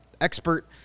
expert